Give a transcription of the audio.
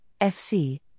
FC